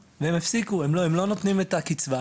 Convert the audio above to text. וההתייחסות לזה תהיה בהתאם.